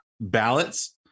ballots